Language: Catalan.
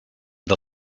del